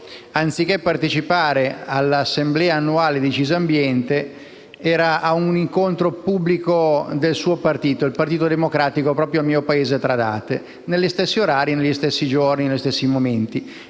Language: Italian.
anziché partecipare all'assemblea annuale di Cisambiente era ad un incontro pubblico del suo partito, il Partito Democratico, proprio nel mio paese, a Tradate, negli stessi orari, negli stessi giorni e negli stessi momenti.